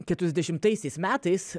keturiasdešimtaisiais metais